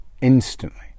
Instantly